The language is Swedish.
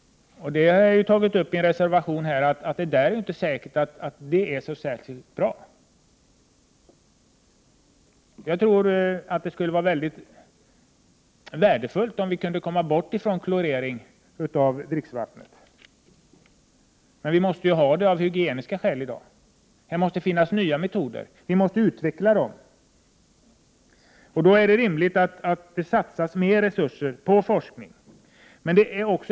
I en reservation har vi framhållit att det inte är säkert att detta är så särskilt bra. Jag tror att det skulle vara mycket värdefullt om vi kunde komma ifrån kloreringen av dricksvattnet, men vi måste ju ha den i dag av hygieniska skäl. Här måste utvecklas nya metoder. Då är det rimligt att det satsas mer resurser på forskning.